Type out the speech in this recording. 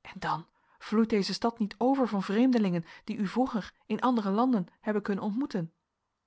en dan vloeit deze stad niet over van vreemdelingen die u vroeger in andere landen hebben kunnen ontmoeten